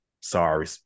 Sorry